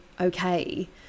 okay